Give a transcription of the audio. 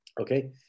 okay